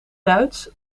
duits